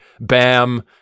Bam